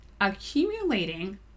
accumulating